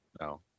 No